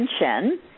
attention